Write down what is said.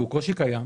והוא קושי קיים,